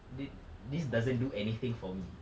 th~ this doesn't do anything for me